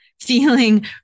feeling